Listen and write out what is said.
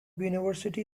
university